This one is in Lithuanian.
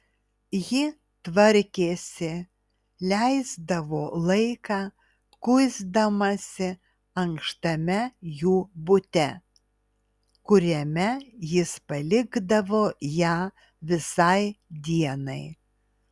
ji tvarkėsi leisdavo laiką kuisdamasi ankštame jų bute kuriame jis palikdavo ją visai dienai